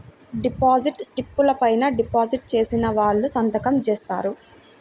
deposit స్లిపుల పైన deposit చేసిన వాళ్ళు సంతకం జేత్తారు